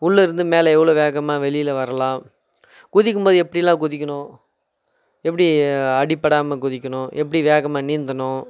உள்ளே இருந்து மேலே எவ்வளவோ வேகமாக வெளியில வரலாம் குதிக்கும்போது எப்படிலாம் குதிக்கணும் எப்படி அடிப்படாமல் குதிக்கணும் எப்படி வேகமாக நீந்தணும்